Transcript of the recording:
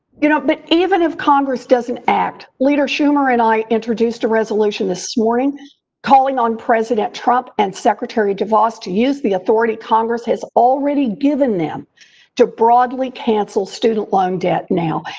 you know, but even if congress doesn't act, leader schumer and i introduced a resolution this morning calling on president trump and secretary devos to use the authority congress has already given them to broadly cancel student loan debt now.